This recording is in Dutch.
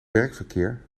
werkverkeer